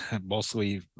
mostly